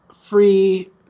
free